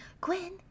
gwen